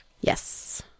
Yes